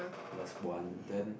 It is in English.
that's one then